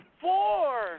four